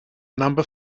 number